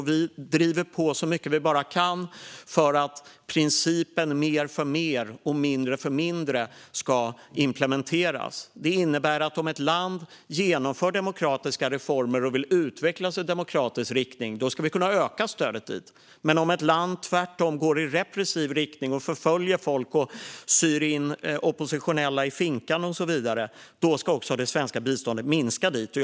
Vi driver på så mycket vi bara kan för att principen mer för mer och mindre för mindre ska implementeras. Det innebär att om ett land genomför demokratiska reformer och vill utvecklas i demokratisk riktning ska vi kunna öka stödet dit. Men om ett land tvärtom går i repressiv riktning, förföljer folk, syr in oppositionella i finkan och så vidare ska också det svenska biståndet dit minskas.